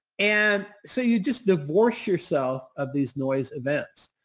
and so, you just divorce yourself of these noise events.